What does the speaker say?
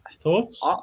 thoughts